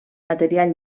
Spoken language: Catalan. material